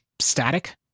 static